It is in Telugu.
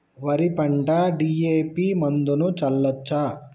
వరి పంట డి.ఎ.పి మందును చల్లచ్చా?